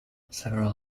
several